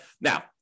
Now